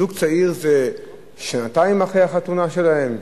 זוג צעיר זה שנתיים אחרי החתונה שלהם,